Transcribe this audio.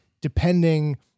depending